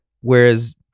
whereas